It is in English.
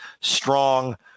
strong